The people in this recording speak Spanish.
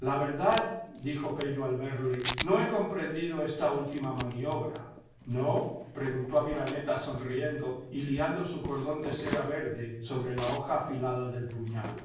la verdad dijo pello al verle no he comprendido esta última maniobra ino preguntó aviraneta sonriendo y liando su cordón de seda verde sobre la hoja afilada del puñal